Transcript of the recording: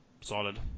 Solid